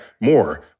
more